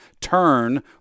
turn